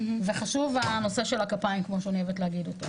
חשוב הנושא של הכפיים, כמו שאני אוהבת להגיד.